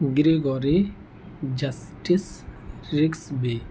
Gregory justice Rex be